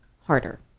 harder